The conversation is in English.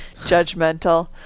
judgmental